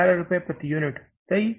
11 रुपये प्रति यूनिट सही